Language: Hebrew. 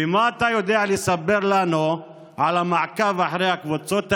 ומה אתה יודע לספר לנו על המעקב אחרי הקבוצות האלה?